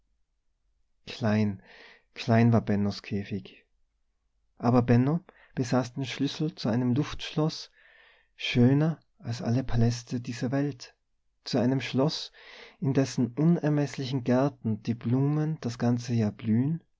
klein klein war bennos käfig aber benno besaß den schlüssel zu einem luftschloß schöner als alle paläste dieser welt zu einem schloß in dessen unermeßlichen gärten die blumen das ganze jahr blühen